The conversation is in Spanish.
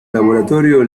laboratorio